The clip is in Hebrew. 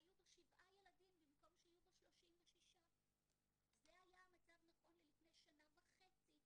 היו בו שבעה ילדים במקום שיהיו בו 36. זה היה המצב נכון ללפני שנה וחצי.